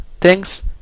thanks